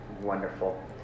Wonderful